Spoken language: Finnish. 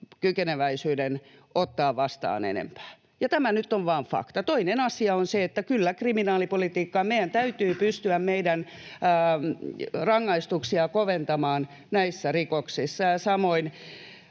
kykeneväisyyden ottaa vastaan enempää, ja tämä nyt on vaan fakta. Toinen asia on se, että kyllä kriminaalipolitiikkaa meidän täytyy pystyä koventamaan, meidän rangaistuksia, näissä rikoksissa ja samoin